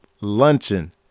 luncheon